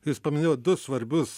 jūs paminėjot du svarbius